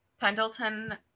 Pendleton